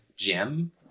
gem